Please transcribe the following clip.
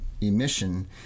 emission